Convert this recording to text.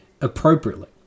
appropriately